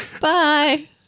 bye